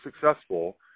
successful